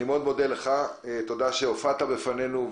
תודה שהופעת בפנינו.